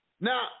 Now